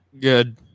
good